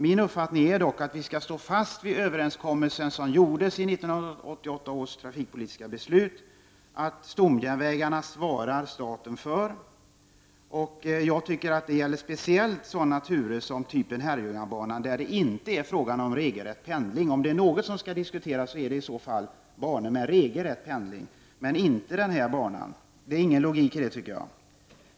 Min uppfattning är dock att vi skall stå fast vid den överenskommelse som träffades i och med 1988 års trafikpolitiska beslut, dvs. att staten svarar för stomjärnvägarna. Jag anser att det speciellt gäller sådana turer som Herrljungabanan, där det inte är fråga om regelrätt pendling. Om det är någon typ av banor som skall diskuteras, är det i så fall banor med regelrätt pendling, men inte den här banan. Det finns ingen logik i detta.